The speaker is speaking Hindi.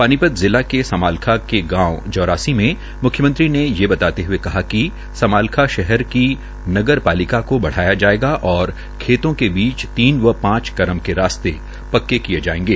ानी त जिला के समालखां के गांव जौरासी में म्ख्यमंत्री ने ये बताते हये कहा कि समालखां शहर की नगर ालिका को बढ़ाया जायेगा और खेतों के बीच तीन व ांच करम के रास्ते क्के किये जायेंगे